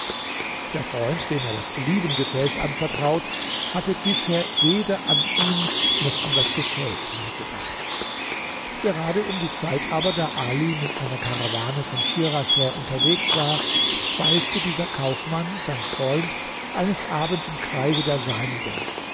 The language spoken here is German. der freund dem er das olivengefäß anvertraut hatte bisher weder an ihn noch an das gefäß mehr gedacht gerade um die zeit aber da ali mit einer karawane von schiras her unterwegs war speiste dieser kaufmann sein freund eines abends im kreise der seinigen